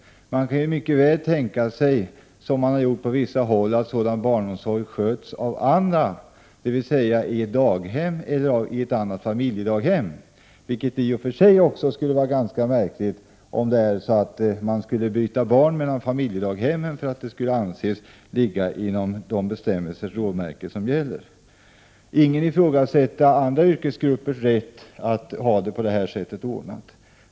Man kan mycket väl tänka sig, som man har gjort på vissa håll, att sådan barnomsorg sköts av annan, dvs. i ett daghem eller i ett annat familjedaghem. Det skulle i och för sig vara ganska märkligt, om man måste byta barn mellan familjedaghemmen för att det skall anses ligga inom gällande bestämmelsers råmärken. Ingen ifrågasätter andra yrkesgruppers rätt att ha det ordnat på det här sättet.